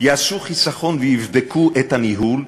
יעשו חיסכון ויבדקו את הניהול,